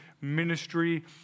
ministry